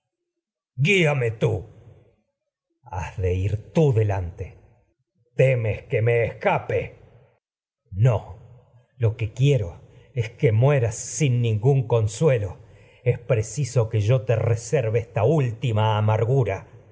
guíame tú orestes has de ir tú delante egisto temes que me escape orestes no lo que quiero es que mueras sin nin gún consuelo es preciso que yo te amargura el reserve esta última